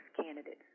candidates